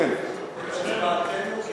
אדוני היושב-ראש, אתה יכול להוסיף את הצבעתנו?